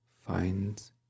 finds